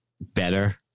better